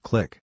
Click